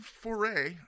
foray